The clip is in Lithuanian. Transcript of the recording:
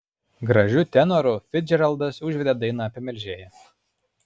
gražiu tenoru ficdžeraldas užvedė dainą apie melžėją